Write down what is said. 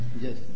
Yes